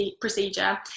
procedure